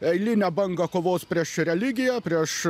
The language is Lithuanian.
eilinę bangą kovos prieš religiją prieš